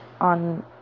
on